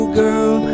girl